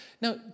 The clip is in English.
Now